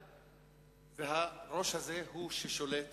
והראש הזה הוא ששולט